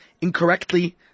incorrectly